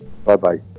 Bye-bye